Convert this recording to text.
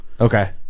okay